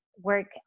work